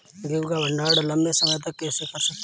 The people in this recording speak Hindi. गेहूँ का भण्डारण लंबे समय तक कैसे कर सकते हैं?